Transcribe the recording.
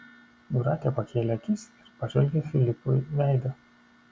jūratė pakėlė akis ir pažvelgė filipui veidą